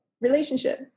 relationship